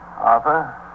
Arthur